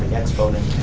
exponent.